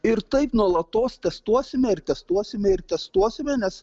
ir taip nuolatos testuosime ir testuosime ir testuosime nes